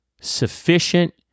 sufficient